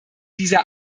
dieser